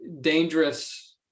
dangerous